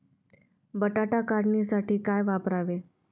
बटाटा काढणीसाठी काय वापरावे?